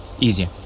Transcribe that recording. easier